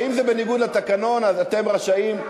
ואם זה בניגוד לתקנון אתם רשאים,